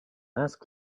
ask